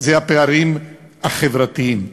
זה הפערים החברתיים.